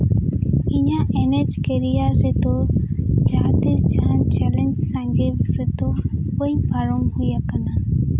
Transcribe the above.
ᱤᱧᱟᱹᱜ ᱮᱱᱮᱡ ᱠᱮᱨᱭᱟᱨ ᱨᱮᱫᱚ ᱡᱟᱦᱟᱸ ᱛᱤᱥ ᱡᱟᱦᱟᱱ ᱪᱮᱞᱮᱧᱡᱽ ᱥᱟᱸᱜᱮᱯ ᱨᱮᱫᱚ ᱵᱟᱹᱧ ᱯᱟᱨᱚᱢ ᱦᱩᱭ ᱟᱠᱟᱱᱟ